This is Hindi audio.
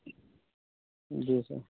जी सर